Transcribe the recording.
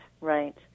right